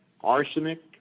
arsenic